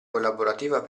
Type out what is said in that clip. collaborativa